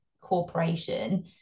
corporation